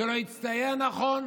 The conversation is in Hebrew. זה לא יצטייר נכון.